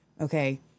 okay